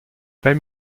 pas